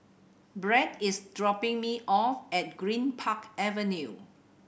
Brett is dropping me off at Greenpark Avenue